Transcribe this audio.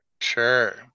sure